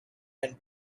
and